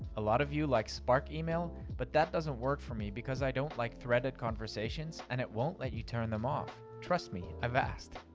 a lot of you like spark email, but that doesn't work for me because i don't like threaded conversations, and it won't let you turn them off, trust me, i've asked.